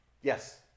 Yes